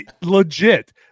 legit